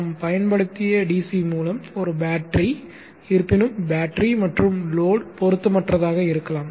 நாம் பயன்படுத்திய DC மூலம் ஒரு பேட்டரி இருப்பினும் பேட்டரி மற்றும் லோட் பொருத்தமற்றதாக இருக்கலாம்